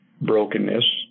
Brokenness